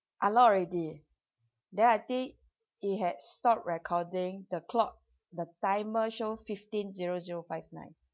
unlock already then I think it had stopped recording the clock the timer show fifteen zero zero five nine